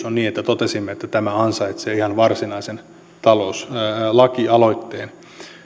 on niin suuri että totesimme että tämä ansaitsee ihan varsinaisen lakialoitteen